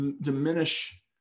diminish